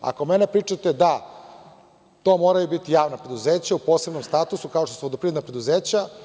Ako mene pitate, da, to moraju biti javna preduzeća u posebnom statusu, kao što su vodoprivredna preduzeća.